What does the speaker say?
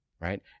right